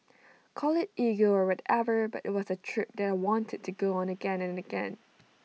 call IT ego or whatever but IT was A trip that I wanted to go on again and again